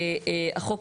החוק,